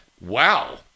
Wow